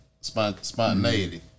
spontaneity